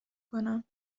کنم